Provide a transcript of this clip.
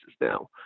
now